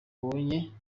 abonye